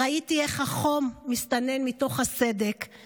/ ראיתי איך החום / מסתנן מתוך הסדק,